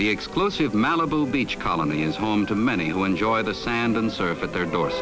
the explosive malibu beach colony is home to many who enjoy the sand and surf at their doors